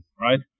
right